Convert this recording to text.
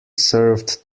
served